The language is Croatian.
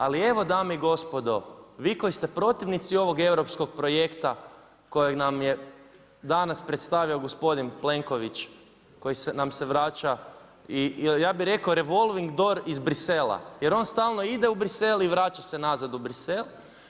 Ali evo dame i gospodo, vi koji ste protivnici ovog europskog projekta kojeg nam je danas predstavio gospodin Plenković koji nam se vraća, ja bi rekao revolving door iz Bruxellesa jer on stalno ide u Bruxelles i vraća se nazad u Bruxelles.